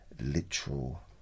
literal